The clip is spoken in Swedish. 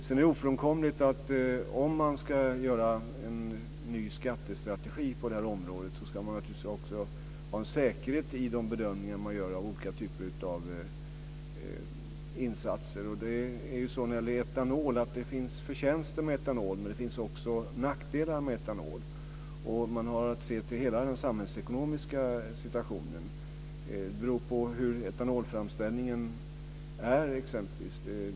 Det är vidare ofrånkomligt att man, om man ska utforma en ny skattestrategi på det här området, också ska ha en säkerhet i den bedömning som man gör av olika typer av insatser. Etanol har förtjänster men också nackdelar, och man har att se till hela den samhällsekonomiska situationen. Det beror exempelvis på hur etanolframställningen utformas.